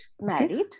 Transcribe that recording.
Married